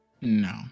No